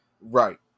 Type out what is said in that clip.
Right